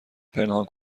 پنهان